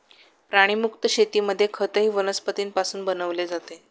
प्राणीमुक्त शेतीमध्ये खतही वनस्पतींपासून बनवले जाते